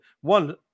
one